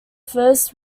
first